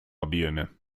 объеме